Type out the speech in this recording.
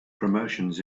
promotions